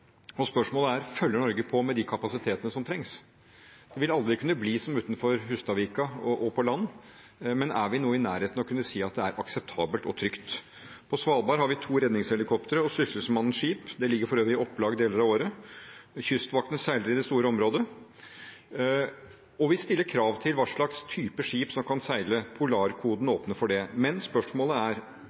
Spørsmålet er: Følger Norge opp med de kapasitetene som trengs? Det vil aldri kunne bli som utenfor Hustadvika og på land, men er vi noe i nærheten av å kunne si at det er akseptabelt og trygt? På Svalbard har vi to redningshelikoptre og Sysselmannens skip, som for øvrig ligger i opplag deler av året. Kystvakten seiler i det store området. Vi stiller krav til hvilke type skip som kan seile, polarkoden åpner for det. Men spørsmålet er: